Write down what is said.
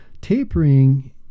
tapering